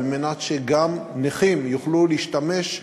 על מנת שגם נכים יוכלו להשתמש,